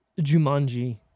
Jumanji